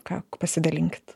ką pasidalinkit